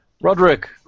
Roderick